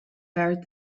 buried